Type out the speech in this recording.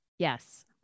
Yes